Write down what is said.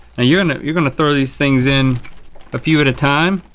you're and you're gonna throw these things in a few at a time?